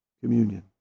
communion